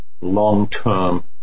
long-term